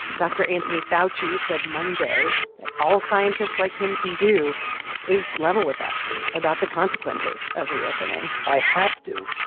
dr. anthony fauci said monday that all scientists like him can do is level with us about the consequences of reopening i have to.